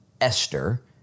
Esther